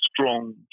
strong